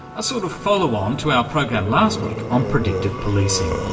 a sort of follow-on to our program last week on predictive policing.